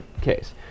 case